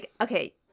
Okay